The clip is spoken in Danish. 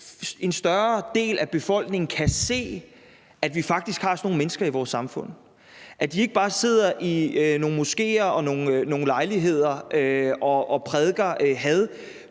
en større del af befolkningen kan se, at vi faktisk har sådan nogle mennesker i vores samfund, og at de ikke bare sidder i nogle moskéer og nogle lejligheder og prædiker had,